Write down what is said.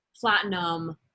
Platinum